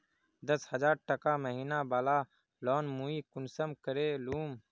दस हजार टका महीना बला लोन मुई कुंसम करे लूम?